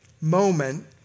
moment